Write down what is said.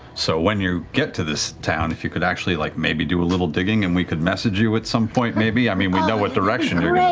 so when you get to this town, if you could actually like maybe do a little digging and we could message you at some point maybe, i mean we know what direction you're